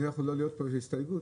אולי יכולה להיות פה איזו הסתייגות,